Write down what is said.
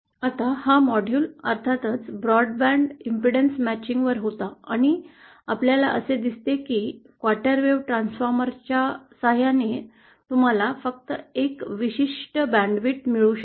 आता हा विभाग अर्थातच ब्रॉडबँड अडथळा जुळवणी वर होता आणि आपल्याला असे दिसते की क्वार्टर वेव्ह ट्रान्सफॉर्मरच्या साहाय्याने तुम्हाला फक्त एक विशिष्ट बँड रुंदी मिळू शकते